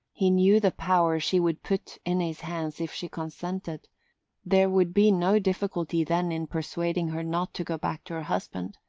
he knew the power she would put in his hands if she consented there would be no difficulty then in persuading her not to go back to her husband.